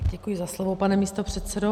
Děkuji za slovo, pane místopředsedo.